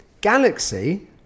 Galaxy